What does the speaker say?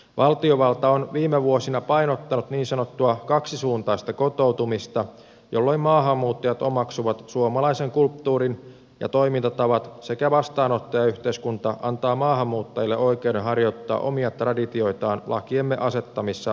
valtiovalta on viime vuosina painottanut niin sanottua kaksisuuntaista kotoutumista jolloin maahanmuuttajat omaksuvat suomalaisen kulttuurin ja toimintatavat sekä vastaanottajayhteiskunta antaa maahanmuuttajille oikeuden harjoittaa omia traditioitaan lakiemme asettamissa rajoissa